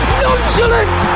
nonchalant